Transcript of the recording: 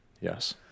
Yes